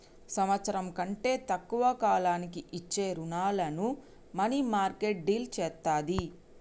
సంవత్సరం కంటే తక్కువ కాలానికి ఇచ్చే రుణాలను మనీమార్కెట్ డీల్ చేత్తది